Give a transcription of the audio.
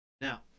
Now